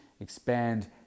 expand